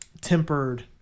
tempered